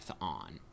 on